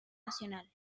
nacional